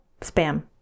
spam